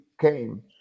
came